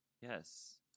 Yes